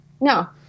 No